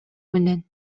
менен